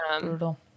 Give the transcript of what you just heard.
brutal